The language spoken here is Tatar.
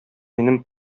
минем